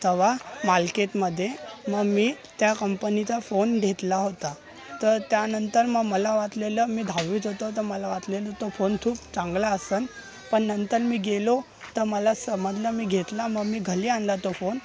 तेव्हा मालकेतमदे मग मी त्या कंपनीचा फोन घेतला होता तर त्यानंतर मग मला वाटलेलं मी दहावीत होतो तर मला वाटलेलं तो फोन खूप चांगला असेल पण नंतर मी गेलो तर मला समजलं मी घेतला मग मी घरी आणला तो फोन